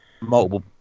Multiple